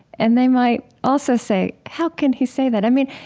and they might also say, how can he say that? i mean,